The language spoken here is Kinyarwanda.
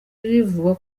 bivugwa